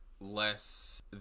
less